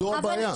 זו הבעיה.